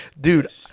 Dude